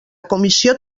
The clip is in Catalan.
comissió